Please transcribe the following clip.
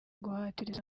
guhatiriza